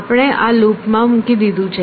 આપણે આ લૂપમાં મૂકી દીધું છે